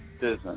business